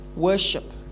worship